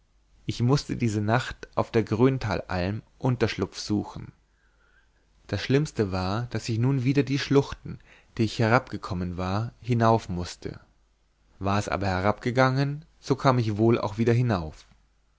ich mußte diese nacht auf der gröntalalm unterschlupf suchen das schlimmste war daß ich nun wieder die schluchten die ich herabgekommen war hinauf mußte war es aber herabgegangen so kam ich wohl auch wieder hinauf